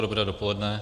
Dobré dopoledne.